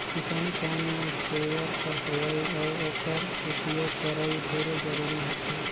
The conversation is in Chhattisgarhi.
किसानी काम में इस्पेयर कर होवई अउ ओकर उपियोग करई ढेरे जरूरी होथे